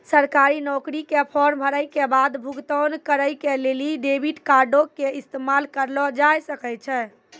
सरकारी नौकरी के फार्म भरै के बाद भुगतान करै के लेली डेबिट कार्डो के इस्तेमाल करलो जाय सकै छै